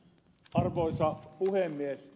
arvoisa puhemies